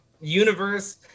universe